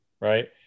right